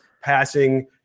passing